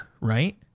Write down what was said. right